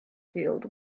field